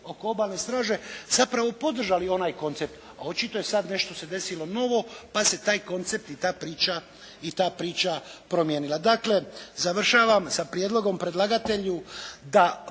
oko obalne straže zapravo podržali onaj koncept, a očito je sad nešto se desilo novo pa se taj koncept i ta priča promijenila. Dakle završavam sa prijedlogom predlagatelju da